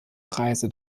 reise